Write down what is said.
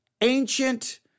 ancient